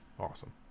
awesome